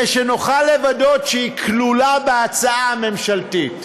שנוכל לוודא שהיא כלולה בהצעה הממשלתית.